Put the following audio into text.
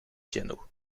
piano